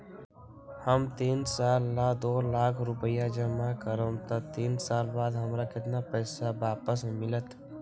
हम तीन साल ला दो लाख रूपैया जमा करम त तीन साल बाद हमरा केतना पैसा वापस मिलत?